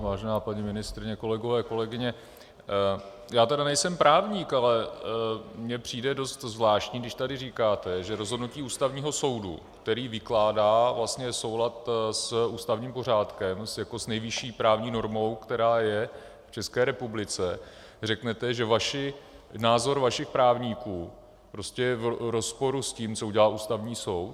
Vážená paní ministryně, kolegyně a kolegové, já tedy nejsem právník, ale mně přijde dost zvláštní, když tady říkáte, že rozhodnutí Ústavního soudu, který vykládá vlastně soulad s ústavním pořádkem jako s nejvyšší právní normou, která je v České republice řeknete, že názor vašich právníků prostě je v rozporu s tím, co udělal Ústavní soud.